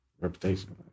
reputation